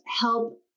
help